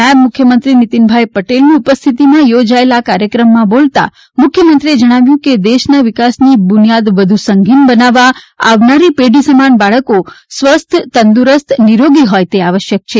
નાયબ મુખ્ય મંત્રી નીતિન ભાઈ પટેલ ની ઉપસ્થિતિમાં યોજાયેલ આ કાર્યક્રમમાં બોલતા મુખ્યમંત્રીએ જણાવ્યું કે દેશ ના વિકાસ ની બુનિયાદ વધુ સંગીન બનાવવા આવનારી પેઢી સમાન બાળકો સ્વસ્થ તંદુરસ્ત નિરોગી હોય તે આવશ્યક છે